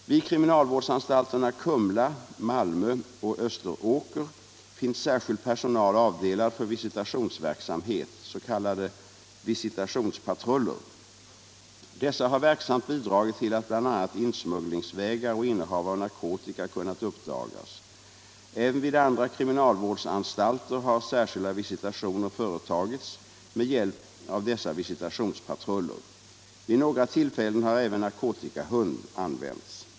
Vid kriminalvårdsanstalterna Kumla, Malmö och Österåker finns särskild personal avdelad för visitationsverksamhet, s.k. visitationspatruller. Dessa har verksamt bidragit till att bl.a. insmugglingsvägar och innehav av narkotika kunnat uppdagas. Även vid andra kriminalvårdsanstalter har särskilda visitationer företagits med hjälp av dessa visitationspatruller. Vid några tillfällen har även narkotikahund använts.